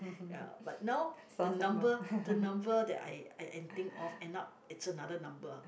ya but now the number the number that I I entering off end up it's another number